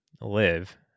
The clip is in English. live